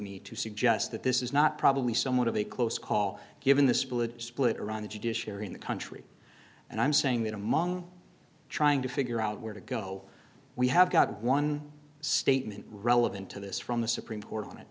me to suggest that this is not probably somewhat of a close call given the split split around the judiciary in the country and i'm saying that among trying to figure out where to go we have got one statement relevant to this from the supreme court on it